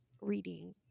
reading